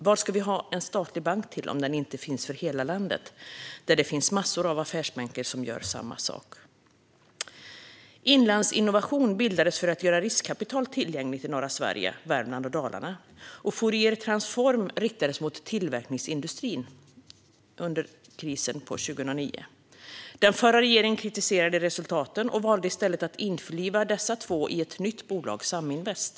Vad ska vi ha en statlig bank till om den inte finns i hela landet och när det dessutom finns massor av affärsbanker som gör samma sak? Inlandsinnovation bildades för att göra riskkapital tillgängligt i norra Sverige, Värmland och Dalarna, och Fouriertransform riktades mot tillverkningsindustrin under krisen 2009. Den förra regeringen kritiserade resultaten och valde i stället att införliva dessa två i ett nytt bolag, Saminvest.